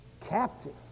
captive